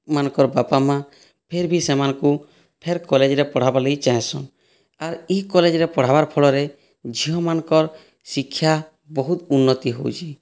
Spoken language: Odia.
ମାନଙ୍କର ବାପା ମା ଫେର୍ ବି ସେମାନଙ୍କୁ ଫେର୍ କଲେଜରେ ପଢ଼ାବାର୍ ଲାଗି ଚାହିଁସନ୍ ଆର୍ ଇ କଲେଜରେ ପଢ଼ାବାର୍ ଫଳରେ ଝିଅମାନଙ୍କର ଶିକ୍ଷା ବହୁତ୍ ଉନ୍ନତି ହେଉଛି